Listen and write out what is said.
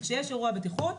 כשיש אירוע בטיחות,